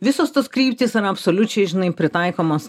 visos tos kryptys yra absoliučiai žinai pritaikomos